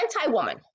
anti-woman